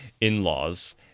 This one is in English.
in-laws